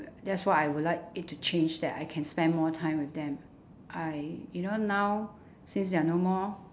that's what I would like it to change that I can spend more time with them I you know now since they're no more